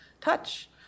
touch